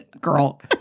girl